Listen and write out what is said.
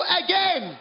again